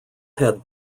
had